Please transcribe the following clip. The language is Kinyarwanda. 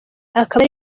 akaba